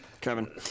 Kevin